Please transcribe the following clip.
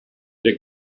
der